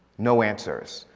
no answers.